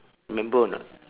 remember or not